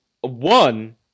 one